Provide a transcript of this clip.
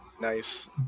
Nice